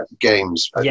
games